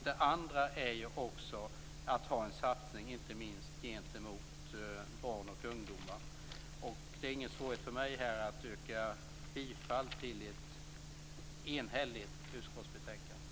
Det andra är att ha en satsning gentemot barn och ungdomar. Det är ingen svårighet för mig att här yrka bifall till hemställan i ett enhälligt utskottsbetänkande.